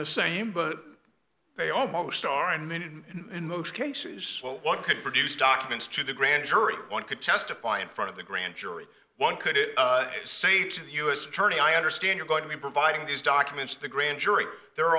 the same but they almost are and many and most cases one could produce documents to the grand jury one could testify in front of the grand jury one could say to the u s attorney i understand you're going to be providing these documents the grand jury there are